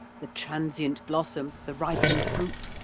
the transient blossom, the ripened fruit,